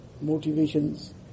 motivations